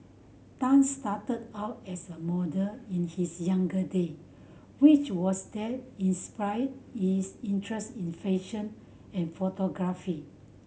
tan started out as a model in his younger day which was what inspired his interest in fashion and photography